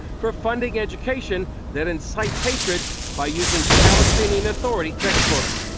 for funding education that incites hatred by using palestinian authority textbooks.